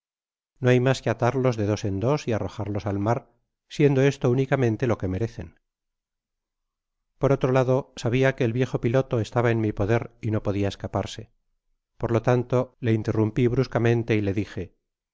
no hay mas que atarlos de dos en dos y arrojarlos al mar siendo esto únicamente lo que merecen por otro lado sabia que el viejo piloto estaba en mi poder y no podia escaparse por lo tanto le interrumpi bruscamente y le dije